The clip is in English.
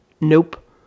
Nope